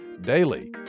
Daily